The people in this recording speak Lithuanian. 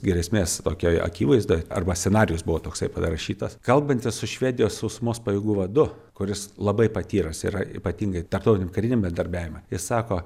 grėsmės tokioj akivaizdoj arba scenarijus buvo toksai parašytas kalbantis su švedijos sausumos pajėgų vadu kuris labai patyręs yra ypatingai tarptautiniam kariniam bendradarbiavime jis sako